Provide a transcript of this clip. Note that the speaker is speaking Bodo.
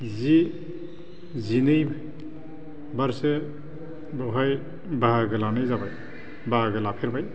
जि जिनै बारसो बेवहाय बाहागो लानाय जाबाय बाहागो लाफेरबाय